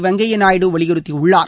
வெங்கய்யா நாயுடு வலியுறுத்தியுள்ளார்